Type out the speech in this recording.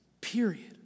Period